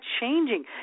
changing